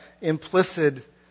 implicit